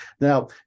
Now